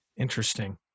Interesting